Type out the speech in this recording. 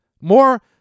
More